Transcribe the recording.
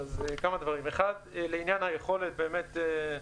--- לעניין היכולת, באמת,